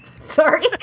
Sorry